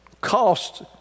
cost